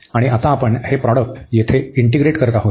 आणि आता आपण हे प्रॉडक्ट येथे इंटीग्रेट करीत आहोत